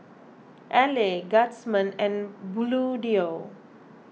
Elle Guardsman and Bluedio